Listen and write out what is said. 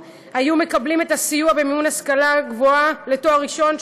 קיבלו סיוע במימון השכלה גבוהה לתואר ראשון,